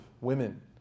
women